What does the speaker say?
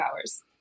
hours